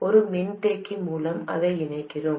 ஒரு மின்தேக்கி மூலம் அதை இணைக்கிறோம்